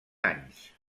anys